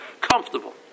comfortable